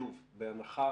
בהנחה